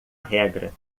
regra